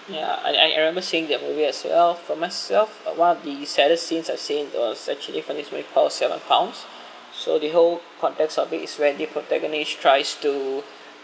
ya I I I remember seeing that movie as well for myself uh one of the saddest scenes I've seen was actually for this movie call seven pounds so the whole context of it is when the protagonist tries to